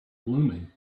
blooming